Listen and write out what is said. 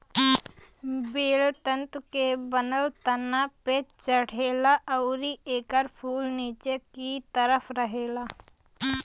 बेल तंतु के बनल तना पे चढ़ेला अउरी एकर फूल निचे की तरफ रहेला